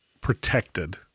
protected